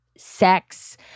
sex